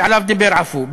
שעליו דיבר עפו,